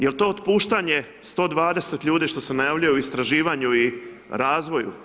Jel to otpuštanje 120 ljudi što se najavljuje u istraživanju i razvoju?